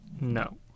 No